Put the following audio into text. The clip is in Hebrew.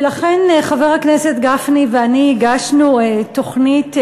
ולכן חבר הכנסת גפני ואני הגשנו תוכנית,